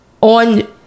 on